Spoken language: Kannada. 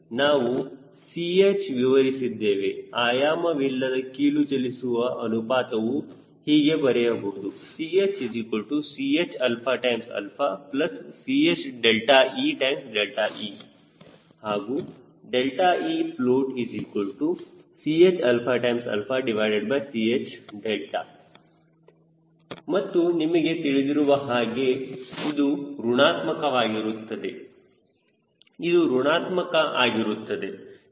ನಾವು 𝐶h ವಿವರಿಸಿದ್ದೇವೆ ಆಯಾಮ ವಿಲ್ಲದ ಕೀಲು ಚಲಿಸುವ ಅನುಪಾತವು ಹೀಗೆ ಬರೆಯಬಹುದು ChChChee ಹಾಗೂ efloatChCh ಮತ್ತು ನಿಮಗೆ ತಿಳಿದಿರುವ ಹಾಗೆ ಇದು ಋಣಾತ್ಮಕ ವಾಗಿರುತ್ತದೆ ಇದು ಋಣಾತ್ಮಕ ಆಗಿರುತ್ತದೆ